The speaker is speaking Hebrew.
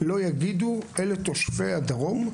לא יגידו: אלה תושבי הדרום,